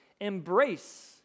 embrace